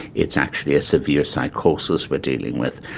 it's actually a severe psychosis we're dealing with.